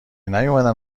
نیومدن